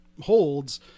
holds